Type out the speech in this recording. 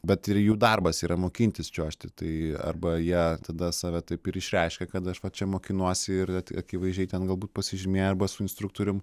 bet ir jų darbas yra mokintis čiuožti tai arba jie tada save taip ir išreiškia kad aš va čia mokinuosi ir net akivaizdžiai ten galbūt pasižymėję arba su instruktorium